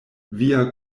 via